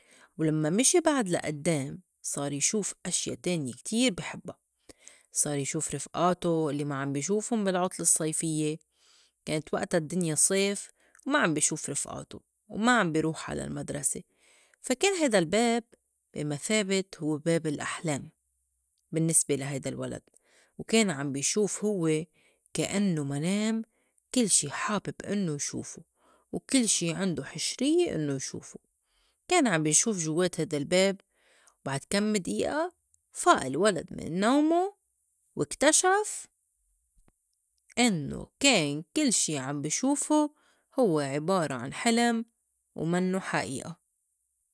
ولمّا مشي بعد لإدّام صار يشوف أشيا تانية كتير بي حبّا، صار يشوف رِفئاتو يلّي ما عم بي شوفُن بالعُطْلة الصيفيّة، كانت وقتا الدّنيا صيف وما عم بي شوف رفئاتو وما عم بي روح على المدرسة، فا كان هيدا الباب بي مثابة هوّ باب الأحلام بالنّسبة لهيدا الولَد، وكان عم بي شوف هوّ كأنّو منام كل شي حابب إنّو يشوفو وكل شي عندوا حِشريّة إنّو يشوفو كان عم بي شوف جوّات هيدا الباب، وبعد كم دقيقة فاق الولد من نومو واكتشف إنّو كان كل شي عم بي شوفو هوّ عِبارة عن حِلِم و منّو حقيقة.